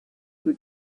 who